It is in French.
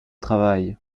travail